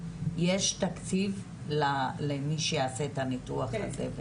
כבר --- יש תקציב למי שיעשה את הניתוח הזה?